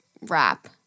wrap